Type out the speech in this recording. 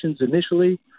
initially